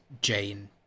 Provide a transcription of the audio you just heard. Jane